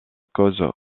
cause